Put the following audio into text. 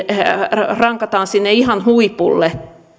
rankataan sinne ihan huipulle